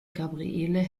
gabriele